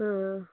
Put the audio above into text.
ആ